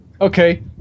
Okay